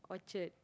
Orchard